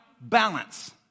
balance